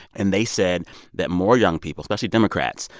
and they said that more young people, especially democrats,